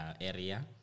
area